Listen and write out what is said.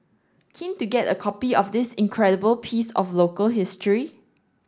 keen to get a copy of this incredible piece of local history